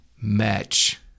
match